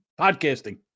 podcasting